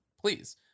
please